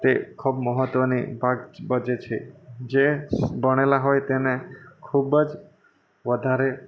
તે ખૂબ મહત્વની ભાગ ભજવે છે જે ભણેલાં હોય તેને ખૂબ જ વધારે